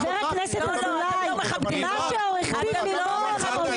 חבר הכנסת אזולאי, מה שעורך דין לימון עובר